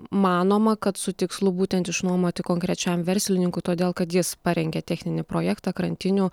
manoma kad su tikslu būtent išnuomoti konkrečiam verslininkui todėl kad jis parengė techninį projektą krantinių